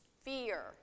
fear